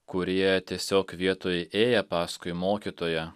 kurie tiesiog vietoj ėję paskui mokytoją